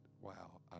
Wow